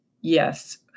yes